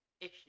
issue